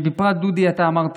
בפרט, דודי, אתה אמרת: